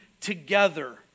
together